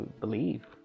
believe